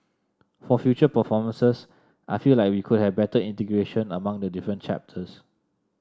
for future performances I feel like we could have better integration among the different chapters